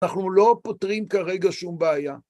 אנחנו לא פותרים כרגע שום בעיה.